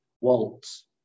waltz